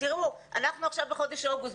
אנחנו עכשיו בחודש אוגוסט.